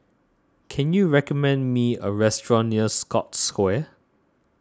can you recommend me a restaurant near Scotts Square